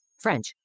French